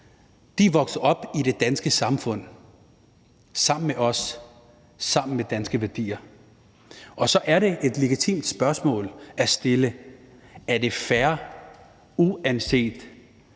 er vokset op i det danske samfund sammen med os og med danske værdier. Og så er det et legitimt spørgsmål at stille: Er det fair, uanset